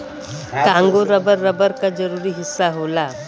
Congo rubber, rubber क जरूरी हिस्सा होला